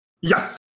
yes